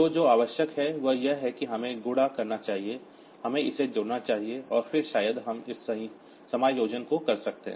तो जो आवश्यक है वह यह है कि हमें गुणा करना चाहिए हमें इसे जोड़ना चाहिए और फिर शायद हम इस समायोजन को कर सकते हैं